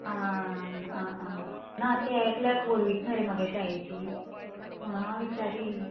आं आं आं ना ते एकल्याक व्हडवीक न रे म्हागे चायेची म्हुणो हांव विचारी